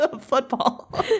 football